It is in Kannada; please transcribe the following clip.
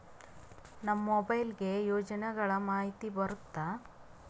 ನಮ್ ಮೊಬೈಲ್ ಗೆ ಯೋಜನೆ ಗಳಮಾಹಿತಿ ಬರುತ್ತ?